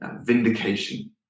vindication